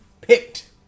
picked